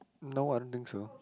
no I don't think so